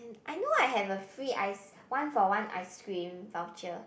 I know I have a free ice one for one ice cream voucher